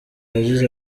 yagize